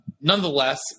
Nonetheless